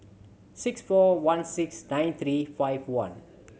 six four one six nine three five one